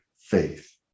faith